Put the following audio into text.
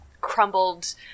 crumbled